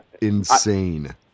insane